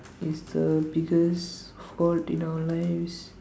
is the biggest fault in our lives